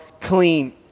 clean